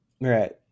Right